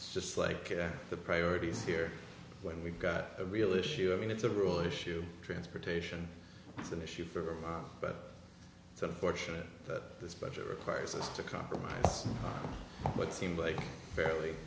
it's just like the priorities here when we've got a real issue i mean it's a rule issue transportation it's an issue for us but it's unfortunate that this budget requires us to compromise on what seemed like a fairly